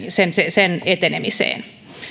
sen rikosprosessin etenemiseen